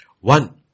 One